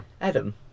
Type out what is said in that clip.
Adam